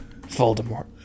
Voldemort